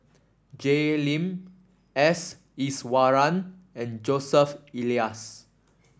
Jay Lim S Iswaran and Joseph Elias